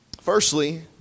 Firstly